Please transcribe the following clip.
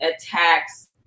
attacks